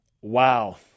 Wow